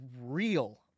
real